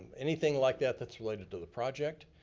anything like that that's related to the project,